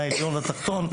מהעליון לתחתון,